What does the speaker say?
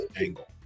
angle